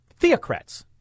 theocrats